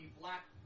black